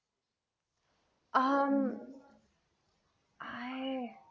um I